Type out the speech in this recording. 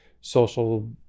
social